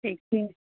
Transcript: ठीक है